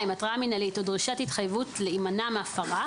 התראה מינהלית או דרישת התחייבות להימנע מהפרה,